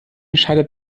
scheitert